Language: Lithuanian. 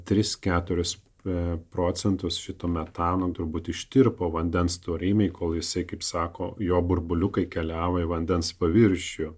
tris keturis procentus šito metano turbūt ištirpo vandens storymėje kol jisai kaip sako jo burbuliukai keliavo į vandens paviršių